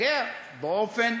פוגעת באופן